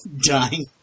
dying